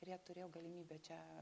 ir jie turėjo galimybę čia